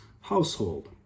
household